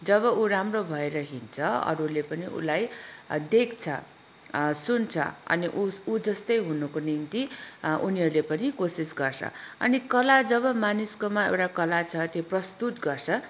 जब उ राम्रो भएर हिँड्छ अरूले पनि उसलाई देख्छ सुन्छ अनि ऊ जस्तै हुनाको निम्ति उनीहरूले पनि कोसिस गर्छ अनि कला जब मानिसकोमा एउटा कला छ त्यो प्रस्तुत गर्छ